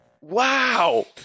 Wow